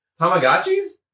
Tamagotchis